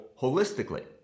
holistically